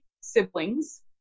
siblings